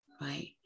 right